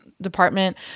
department